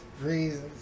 Reasons